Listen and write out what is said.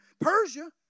Persia